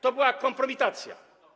To była kompromitacja.